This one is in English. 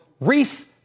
Reese